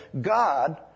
God